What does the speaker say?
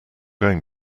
going